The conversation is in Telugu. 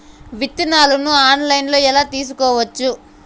విత్తనాలను ఆన్లైన్లో ఎలా తీసుకోవచ్చు